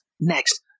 next